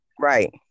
right